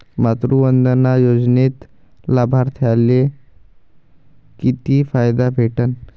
मातृवंदना योजनेत लाभार्थ्याले किती फायदा भेटन?